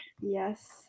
yes